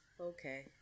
Okay